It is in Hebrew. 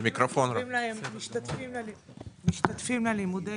קוראים להם משתתפים בלימודי יהדות.